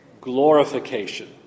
glorification